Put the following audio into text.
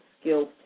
skills